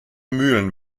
mühlen